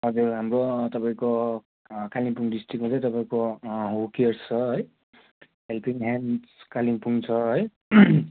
हजुर हाम्रो तपाईँको कालिम्पोङ डिस्ट्रिक्टमा चाहिँ तपाईँको हु केयर्स छ है हेल्पिङ ह्यान्ड्स कालिम्पोङ छ है